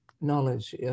knowledge